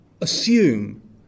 assume